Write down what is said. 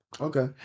okay